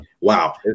wow